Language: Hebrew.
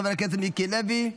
חבר הכנסת מיקי לוי,